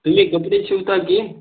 तुम्ही कपडे शिवता की